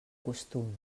costum